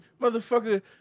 Motherfucker